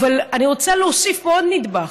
אבל אני רוצה להוסיף פה עוד נדבך.